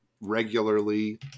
regularly